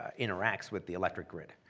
ah interacts with the electric grid.